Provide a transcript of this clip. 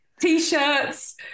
T-shirts